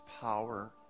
power